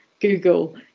google